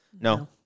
No